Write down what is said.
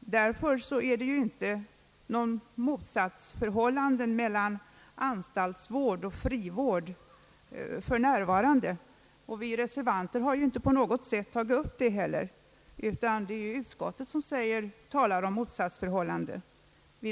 Därför är det inte något motsatsförhållande för närvarande mellan anstaltsvård och frivård. Vi reservanter har inte på något sätt antytt något motsatsförhållande, utan det är utskottet som talar om ett sådant.